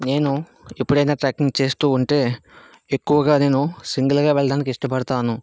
నేను ఎప్పుడైనా ట్రెక్కింగ్ చేస్తూ ఉంటే ఎక్కువగా నేను సింగల్గా వెళ్ళడానికి ఇష్టపడుతాను